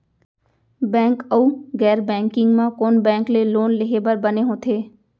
Bank अऊ गैर banking म कोन बैंक ले लोन लेहे बर बने होथे?